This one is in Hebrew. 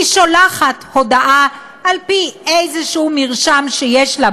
היא שולחת הודעה על-פי איזה מרשם שיש לה,